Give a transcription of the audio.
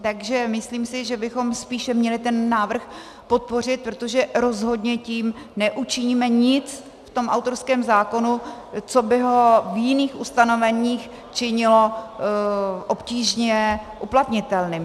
Takže myslím si, že bychom spíše měli ten návrh podpořit, protože rozhodně tím neučiníme nic v tom autorském zákonu, co by ho v jiných ustanoveních činilo obtížně uplatnitelným.